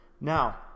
Now